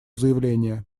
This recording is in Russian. заявление